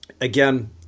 again